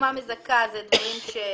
תרומה מזכה, אלה דברים שהוקראו.